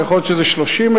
ויכול להיות שזה 30,000,